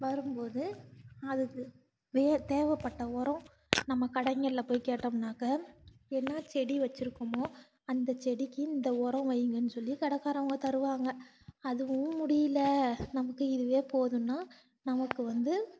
வரும் போது அதுக்கு வே தேவைப்பட்ட உரம் நம்ம கடைங்களில் போய் கேட்டோம்னாக்கால் என்ன செடி வச்சுருக்கோமோ அந்த செடிக்கு இந்த உரம் வைங்கன்னு சொல்லி கடைக்காரவங்க தருவாங்க அதுவும் முடியலை நமக்கு இதுவே போதுன்னால் நமக்கு வந்து